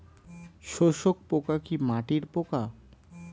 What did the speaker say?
শোষক পোকা কি মাটির পোকা?